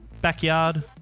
backyard